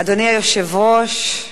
אדוני היושב-ראש,